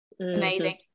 amazing